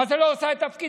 מה זה "לא עושה את תפקידה"?